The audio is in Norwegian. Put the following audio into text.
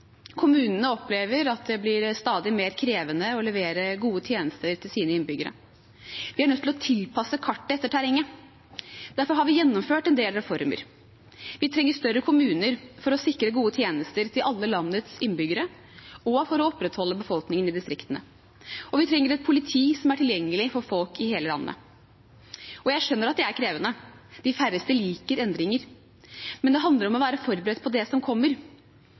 Kommunene opplever at det blir stadig mer krevende å levere gode tjenester til sine innbyggere. Vi er nødt til å tilpasse kartet etter terrenget. Derfor har vi gjennomført en del reformer. Vi trenger større kommuner for å sikre gode tjenester til alle landets innbyggere og for å opprettholde befolkningen i distriktene, og vi trenger et politi som er tilgjengelig for folk i hele landet. Jeg skjønner at det er krevende. De færreste liker endringer, men det handler om å være forberedt på det som kommer.